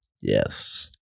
Yes